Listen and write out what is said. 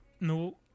No